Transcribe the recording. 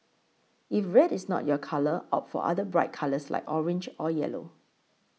if red is not your colour opt for other bright colours like orange or yellow